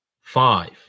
five